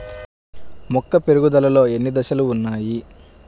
మొక్క పెరుగుదలలో ఎన్ని దశలు వున్నాయి?